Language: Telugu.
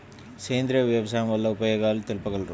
సేంద్రియ వ్యవసాయం వల్ల ఉపయోగాలు తెలుపగలరు?